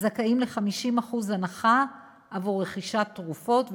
זכאים ל-50% הנחה ברכישת תרופות,